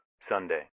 Sunday